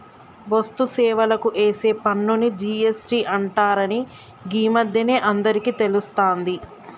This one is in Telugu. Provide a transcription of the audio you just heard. వస్తు సేవలకు ఏసే పన్నుని జి.ఎస్.టి అంటరని గీ మధ్యనే అందరికీ తెలుస్తాంది